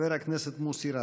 חבר הכנסת מוסי רז.